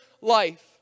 life